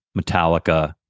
Metallica